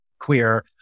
queer